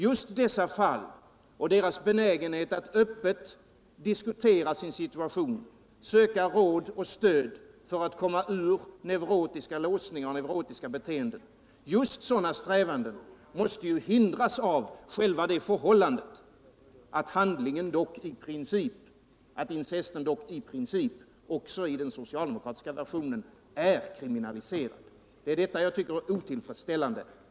Just dessa människors benägenhet och strävan att öppet diskutera sin situation och söka råd och stöd för att komma ur sin neurotiska låsning och sina neurotiska beteenden måste ju hindras av själva det förhållandet att även i den socialdemokratiska reservationen incesten dock i princip är kriminaliserad. Det är detta som är otillfredsställande.